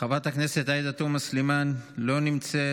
חברת הכנסת עאידה תומא סלימאן, לא נמצאת.